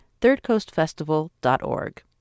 thirdcoastfestival.org